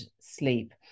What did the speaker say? sleep